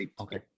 Okay